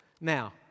Now